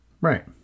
Right